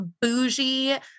bougie